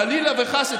חלילה וחס,